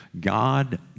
God